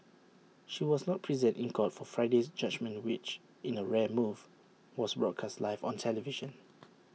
she was not present in court for Friday's judgement which in A rare move was broadcast live on television